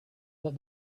that